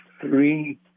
three